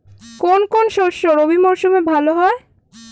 কোন কোন শস্য রবি মরশুমে ভালো হয়?